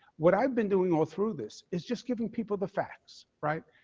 what i have been doing all through this is just giving people the facts, right.